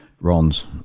Ron's